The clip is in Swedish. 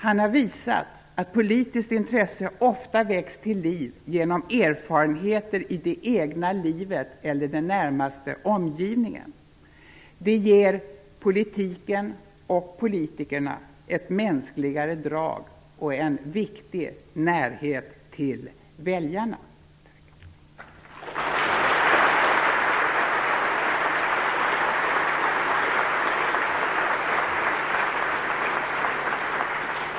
Han har visat att politiskt intresse ofta väcks till liv genom erfarenheter i det egna livet eller i den närmaste omgivningen. Det ger politiken och politikerna ett mänskligare drag och en viktig närhet till väljarna.